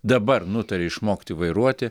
dabar nutarė išmokti vairuoti